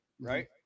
right